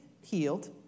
healed